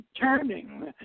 turning